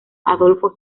adolfo